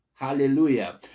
Hallelujah